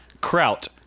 Kraut